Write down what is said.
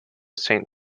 saint